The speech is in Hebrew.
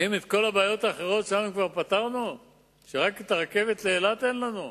האם את כל הבעיות האחרות שלנו כבר פתרנו ורק רכבת לאילת אין לנו?